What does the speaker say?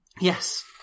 Yes